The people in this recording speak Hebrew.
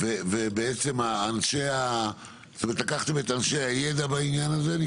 זאת אומרת, לקחתם את אנשי הידע בעניין הזה.